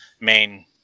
main